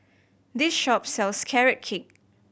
this shop sells Carrot Cake